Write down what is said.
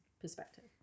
perspective